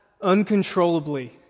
uncontrollably